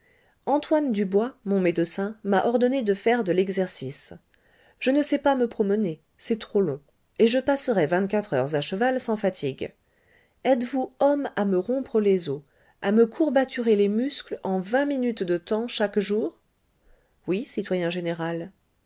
antoine dubois mon médecin m'a ordonné de faire de l'exercice je ne sais pas me promener c'est trop long et je passerais vingt-quatre heures à cheval sans fatigue etes-vous homme à me rompre les os à me courbaturer les muscles en vingt minutes de temps chaque jour oui citoyen général